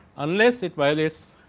unless it voyages